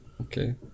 Okay